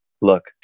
look